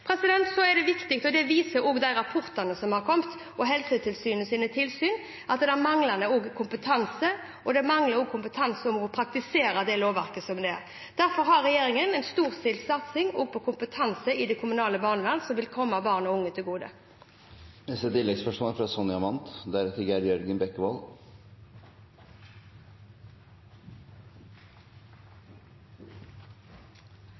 Så er det viktig det som de rapportene som har kommet, viser, og som Helsetilsynets tilsyn viser, at det er manglende kompetanse. Det mangler også kompetanse i å praktisere det lovverket som er. Derfor har regjeringen også en storstilt satsing på kompetanse i det kommunale barnevernet, som vil komme barn og unge til